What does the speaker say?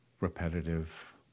repetitive